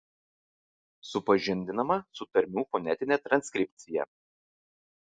supažindinama su tarmių fonetine transkripcija